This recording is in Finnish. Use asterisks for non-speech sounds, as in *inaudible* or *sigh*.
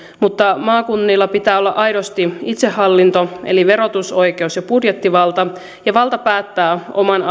mutta maakunnilla pitää olla aidosti itsehallinto eli verotusoikeus ja budjettivalta ja valta päättää oman *unintelligible*